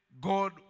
God